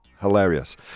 Hilarious